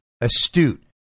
astute